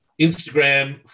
Instagram